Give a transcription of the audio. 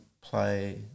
play